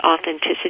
Authenticity